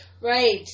Right